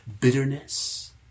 bitterness